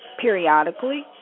Periodically